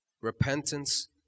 Repentance